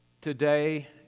today